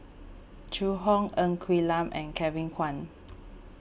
Zhu Hong Ng Quee Lam and Kevin Kwan